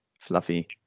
fluffy